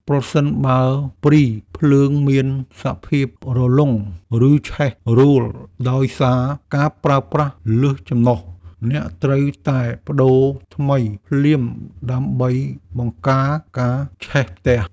ប្រសិនបើព្រីភ្លើងមានសភាពរលុង ឬឆេះរោលដោយសារការប្រើប្រាស់លើសចំណុះ អ្នកត្រូវតែប្តូរថ្មីភ្លាមដើម្បីបង្ការការឆេះផ្ទះ។